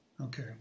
Okay